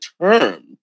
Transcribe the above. term